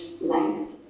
length